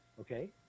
Okay